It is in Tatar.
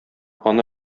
аны